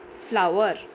Flower